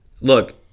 look